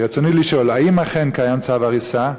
רצוני לשאול: 1. האם אכן קיים צו הריסה?